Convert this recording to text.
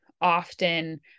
often